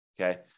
okay